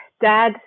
dad